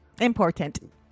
Important